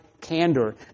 candor